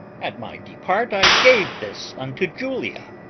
at my depart i gave this unto julia.